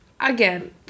Again